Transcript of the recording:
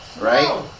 Right